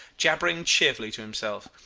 jabbering cheerfully to himself.